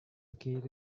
located